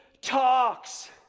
talks